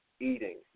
eating